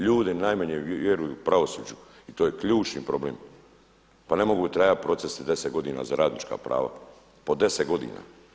Ljudi najmanje vjeruju pravosuđu i to je ključni problem, pa ne mogu trajati procesi deset godina za radnička prava, po deset godina.